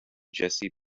jessie